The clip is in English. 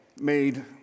made